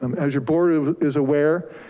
um as your board is aware,